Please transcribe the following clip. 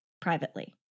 privately